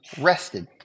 rested